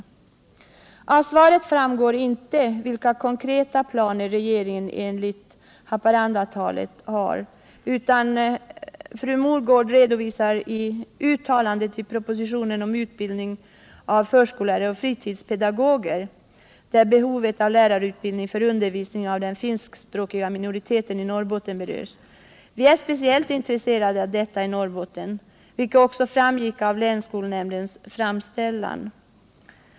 Av svaret framgår inte vilka konkreta planer regeringen enligt Haparandatalet har, utan fru Mogård redovisar uttalandet i propositionen om utbildning av förskollärare och fritidspedagoger, där behovet av lärarutbildning för undervisning av den finskspråkiga minoriteten i Norrbotten berörs. Vi är speciellt intresserade av detta i Norrbotten, vilket också framgick av länsskolnämndens framställan.